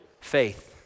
faith